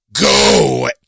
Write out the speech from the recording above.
go